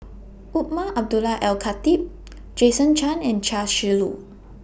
Umar Abdullah Al Khatib Jason Chan and Chia Shi Lu